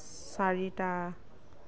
চাৰিটা